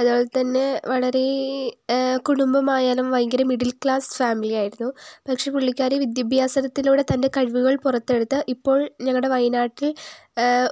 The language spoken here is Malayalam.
അതേപോലെത്തന്നെ വളരേ കുടുംബമായാലും ഭയങ്കര മിഡിൽ ക്ലാസ് ഫാമിലി ആയിരുന്നു പക്ഷേ പുള്ളിക്കാരി വിദ്യാഭ്യാസത്തിലൂടെ തൻ്റെ കഴിവുകൾ പുറത്തെടുത്ത് ഇപ്പോൾ ഞങ്ങളുടെ വയനാട്ടിൽ